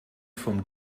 vom